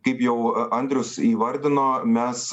kaip jau andrius įvardino mes